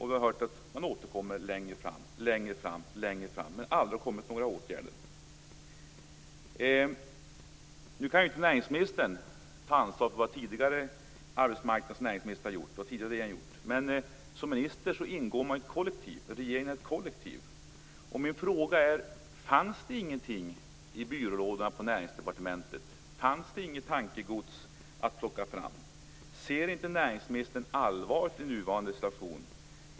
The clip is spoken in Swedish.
Vi har hört att man återkommer längre fram, längre fram, längre fram - men aldrig har det kommit några åtgärder. Nu kan ju inte näringsministern ta ansvar för vad tidigare arbetsmarknads och näringsministrar i tidigare regeringar gjort, men som minister ingår man i ett kollektiv. Regeringen är ett kollektiv. Min fråga är: Fanns det ingenting i byrålådorna på Näringsdepartementet? Fanns det inget tankegods att plocka fram? Ser inte näringsministern allvaret i nuvarande situation?